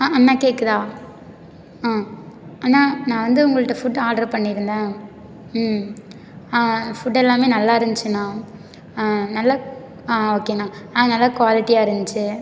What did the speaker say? ஆ அண்ணா கேட்குதா ஆ அண்ணா நான் வந்து உங்கள்கிட்ட ஃபுட்டு ஆர்டர் பண்ணியிருந்தேன் ம் ஃபுட்டெல்லாம் நல்லாயிருந்துச்சுண்ணா ஆ நல்ல ஆ ஓகேண்ணா ஆ நல்லா குவாலிட்டியாக இருந்துச்சு